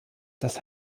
das